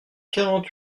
quarante